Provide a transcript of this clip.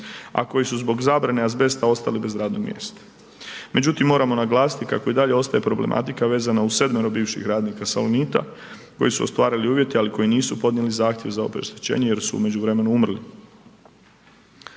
a koji su zbog zabrane azbesta ostali bez radnih mjesta. Međutim, moramo naglasiti kako i dalje ostaje problematika vezana uz 7-oro bivših radnika Salonita koji su ostvarili uvjete, ali koji nisu podnijeli zahtjeve za obeštećenje jer su u